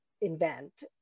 invent